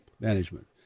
management